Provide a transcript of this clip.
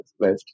left